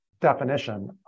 definition